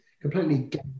completely